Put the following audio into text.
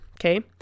Okay